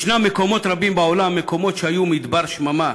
ישנם מקומות רבים בעולם שהיו מדבר שממה,